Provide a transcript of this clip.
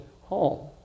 home